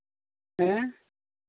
ᱦᱮᱸ